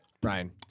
brian